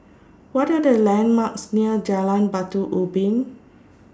What Are The landmarks near Jalan Batu Ubin